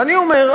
ואני אומר,